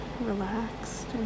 relaxed